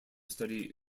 study